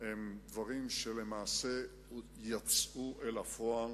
הם דברים שלמעשה יצאו לפועל